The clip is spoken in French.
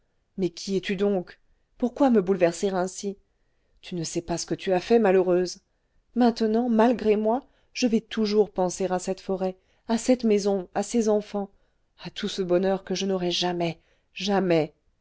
mais qui es-tu donc pourquoi me bouleverser ainsi tu ne sais pas ce que tu as fait malheureuse maintenant malgré moi je vais toujours penser à cette forêt à cette maison à ces enfants à tout ce bonheur que je n'aurai jamais jamais